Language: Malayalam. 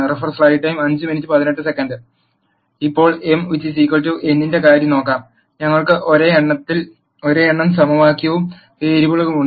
ഇപ്പോൾ m n ന്റെ കാര്യം നോക്കാം ഞങ്ങൾക്ക് ഒരേ എണ്ണം സമവാക്യങ്ങളും വേരിയബിളുകളും ഉണ്ട്